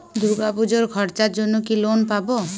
দূর্গাপুজোর খরচার জন্য কি লোন পাব?